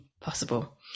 possible